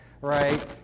Right